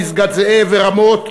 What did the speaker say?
פסגת-זאב ורמות,